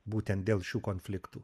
būtent dėl šių konfliktų